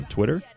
Twitter